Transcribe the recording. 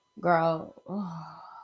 girl